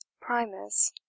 primus